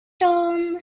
morgon